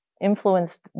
influenced